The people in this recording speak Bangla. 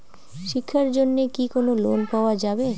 শিক্ষার জন্যে কি কোনো লোন পাওয়া যাবে?